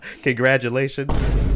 congratulations